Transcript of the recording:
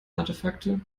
artefakte